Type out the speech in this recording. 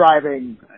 driving